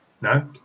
No